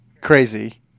crazy